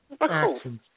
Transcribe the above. actions